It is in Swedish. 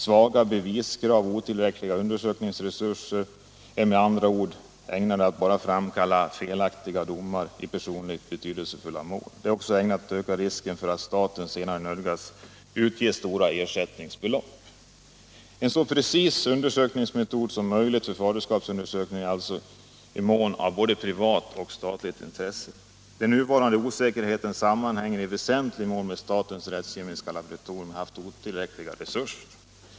Svaga beviskrav och otillräckliga undersökningsresurser är med andra ord inte bara ägnade att framkalla felaktiga domar i personligt betydelsefulla mål, de är också ägnade att öka risken för att staten senare nödgas utge stora ersättningsbelopp. En så exakt undersökningsmetod som möjligt vid faderskapsundersökningar är alltså i lika mån ett privat och ett statligt intresse. Den nuvarande osäkerheten sammanhänger i väsentlig mån med att statens rättskemiska laboratorium haft otillräckliga resurser.